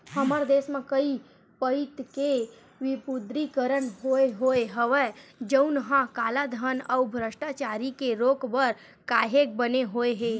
हमर देस म कइ पइत के विमुद्रीकरन होय होय हवय जउनहा कालाधन अउ भस्टाचारी के रोक बर काहेक बने होय हे